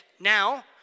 Now